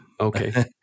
Okay